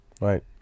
Right